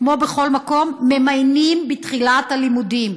כמו בכל מקום: ממיינים בתחילת הלימודים.